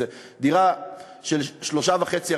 דירה של שלושה וחצי,